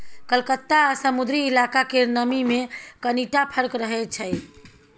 कलकत्ता आ समुद्री इलाका केर नमी मे कनिटा फर्क रहै छै